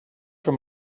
from